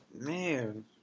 Man